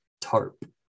tarp